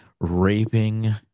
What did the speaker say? raping